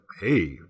hey